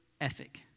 ethic